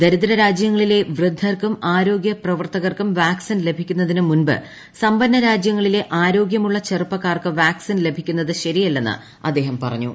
ദരിദ്ര രാജ്യങ്ങളിലെ വൃദ്ധർക്കും ആരോഗ്യ പ്രവർത്തകർക്കും വാക്സിൻ ലഭിക്കുന്നതിന് മുമ്പ് സമ്പന്ന രാജ്യങ്ങളിലെ ആരോഗ്യമുള്ള ചെറുപ്പക്കാർക്ക് വാക്സിൻ ലഭിക്കുന്നത് ശരിയല്ലെന്ന് അദ്ദേഹം ഫ്റ്റുഞ്ഞു